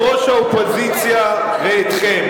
אז אני שואל את ראש האופוזיציה ואתכם